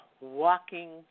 walking